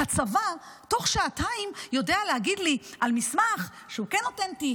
הצבא תוך שעתיים יודע להגיד לי על מסמך שהוא כן אותנטי,